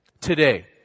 Today